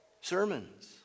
sermons